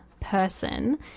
person